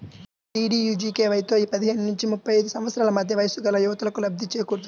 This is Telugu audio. డీడీయూజీకేవైతో పదిహేను నుంచి ముప్పై ఐదు సంవత్సరాల మధ్య వయస్సుగల యువతకు లబ్ధి చేకూరుతుంది